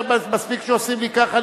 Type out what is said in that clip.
מספיק שעושים לי ככה,